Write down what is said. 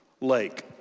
lake